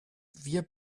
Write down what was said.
wir